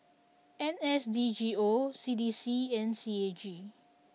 N S D G O C D C and C A G